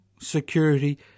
Security